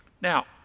Now